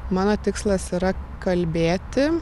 mano tikslas yra kalbėti